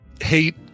hate